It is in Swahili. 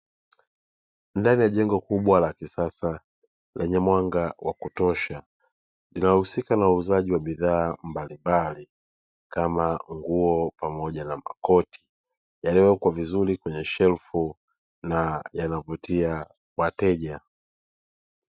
Ndani ya jengo kubwa la kisasa lenye mwanga wa kutosha linalohusika na uuzaji wa bidhaa mbalimbali kama nguo pamoja na makoti yaliyowekwa vizuri kwenye shelfu na yanavutia wateja.